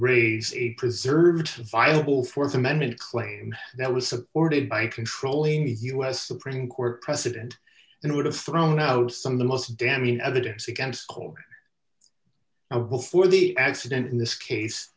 raise a preserved viable th amendment claim that was supported by controlling the us supreme court precedent and it would have thrown out some of the most damning evidence against now before the accident in this case